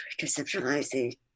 conceptualizing